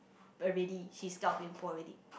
already she scared of being poor already